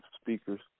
speakers